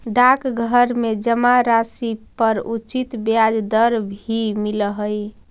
डाकघर में जमा राशि पर उचित ब्याज दर भी मिलऽ हइ